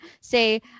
say